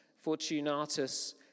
Fortunatus